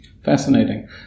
Fascinating